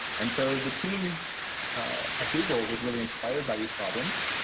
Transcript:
and so the team at google was really inspired by these problems.